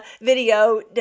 video